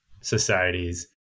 societies